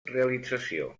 realització